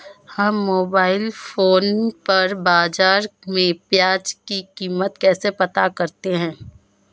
हम mobile phone पर बाज़ार में प्याज़ की कीमत कैसे पता करें?